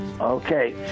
Okay